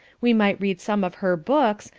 we might read some of her books,